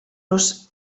los